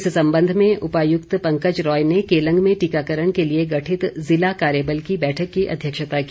इस संबंध में उपायुक्त पंकज रॉय ने केलंग में टीकाकरण के लिए गठित जिला कार्यबल की बैठक की अध्यक्षता की